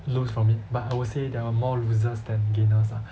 lose from it but I would say there are more losers than gainers lah